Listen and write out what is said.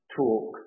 talk